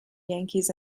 yankees